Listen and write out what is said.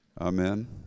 Amen